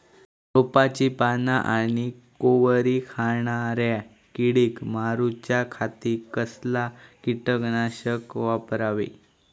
रोपाची पाना आनी कोवरी खाणाऱ्या किडीक मारूच्या खाती कसला किटकनाशक वापरावे?